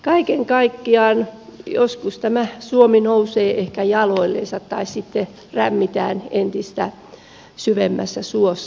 kaiken kaikkiaan joskus tämä suomi nousee ehkä jaloillensa tai sitten rämmitään entistä syvemmässä suossa